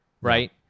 Right